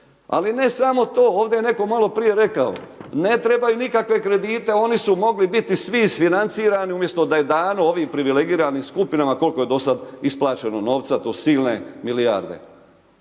Ali, ne samo to, ovdje je netko maloprije rekao, ne trebaju nikakve kredite, oni su mogli biti svi isfinanirati, umjesto da je dano ovim privilegijima skupinama, koliko je do sad isplaćeno novca, to silne milijarde.